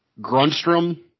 Grunstrom